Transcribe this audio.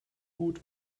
gut